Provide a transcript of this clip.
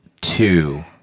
two